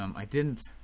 um i didn't